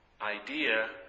idea